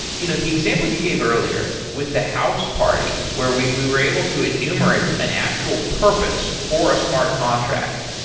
you know the example you gave earlier with the house party, where we we were able to enumerate an actual purpose for a smart contract,